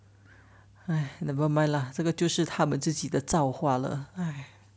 哎 nevermind lah 这个就是他们自己的造化了唉